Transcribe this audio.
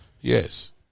Yes